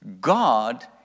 God